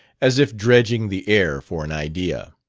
as if dredging the air for an idea.